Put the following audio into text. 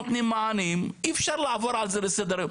לא נותנים מענים, אי אפשר לעבור לזה לסדר היום.